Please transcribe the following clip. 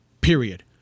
Period